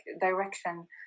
direction